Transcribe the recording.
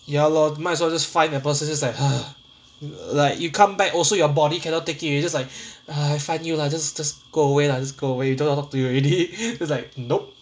ya lor might as well just find the person just like like you come back also your body cannot take it ready you just like I find new lah just just go away lah just go away don't want talk to you already